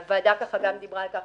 הוועדה גם דיברה על כך